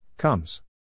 Comes